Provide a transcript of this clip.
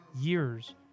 years